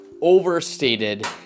overstated